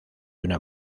una